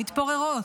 מתפוררות,